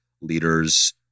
leaders